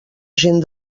gent